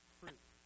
fruit